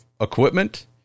equipment